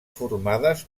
formades